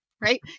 right